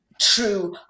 true